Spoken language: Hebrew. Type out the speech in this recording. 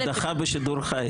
הדחה בשידור חי.